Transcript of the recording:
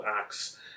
acts